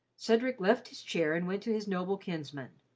cedric left his chair and went to his noble kinsman.